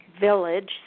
village